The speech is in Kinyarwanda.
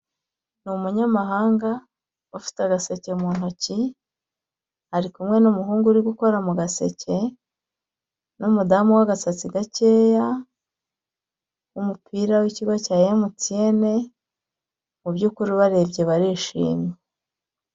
Ni umunyamahanga ufite agaseke mu ntoki ari kumwe n'umuhungu uri gukora mu gaseke n'umudamu wagasatsi gakeya w'umupira w'ikigo cya MTN, mu by'ukuri ubarebye barishimye.